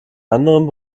anderen